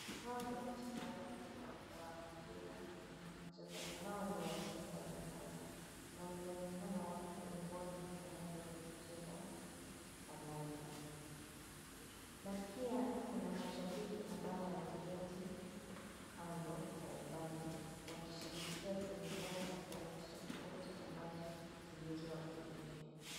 Hawa ni wachezaji wa mpira na wachezaji hawa ni wa timu mbali mbali na wanaonekana wako ungoni tayari wakicheza kandanda. Na pia kuna mashabiki ambao wameketi kando kwa umbali wakishabikia timu zao tofauti tofauti zilizowakilishwa.